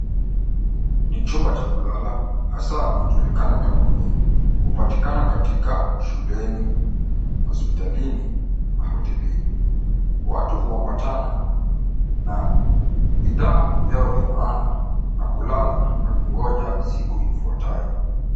Ni chumba cha kulala hasa hujulikana kama bweni. Hupatikana katika shuleni, hospitalini na hotelini. Watu huambatana na bidhaa zao vya maana na kulala na kungoja siku ifuatayo.